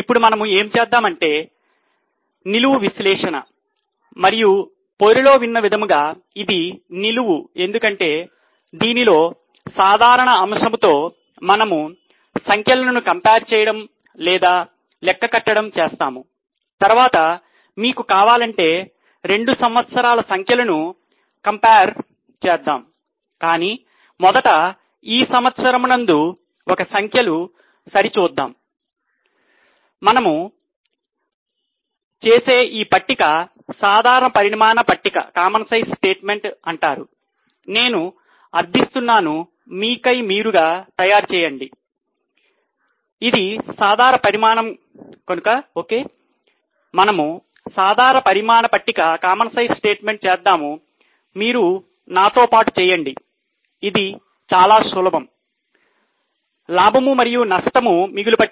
ఇప్పుడు మనము ఏమి చేద్దాం అంటే నిలువు విశ్లేషణ ఉన్నది దీనిని ప్రింట్